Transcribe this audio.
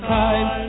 time